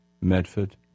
Medford